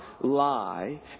lie